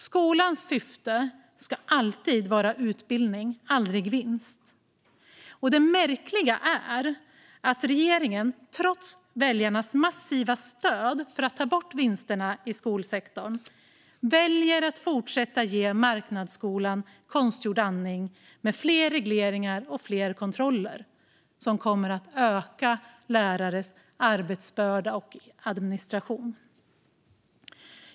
Skolans syfte ska alltid vara utbildning, aldrig vinst. Det märkliga är att regeringen, trots väljarnas massiva stöd för att ta bort vinsterna i skolsektorn, väljer att fortsätta ge marknadsskolan konstgjord andning med fler regleringar och fler kontroller som kommer att öka lärares arbetsbörda och administration.